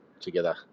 together